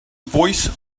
voice